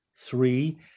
three